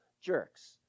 jerks